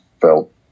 felt